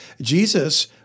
Jesus